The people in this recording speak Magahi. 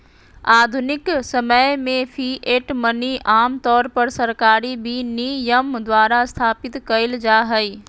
आधुनिक समय में फिएट मनी आमतौर पर सरकारी विनियमन द्वारा स्थापित कइल जा हइ